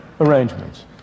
arrangements